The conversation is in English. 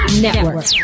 Network